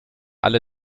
alle